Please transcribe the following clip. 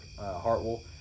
Hartwell